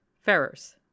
Ferrers